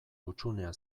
hutsunea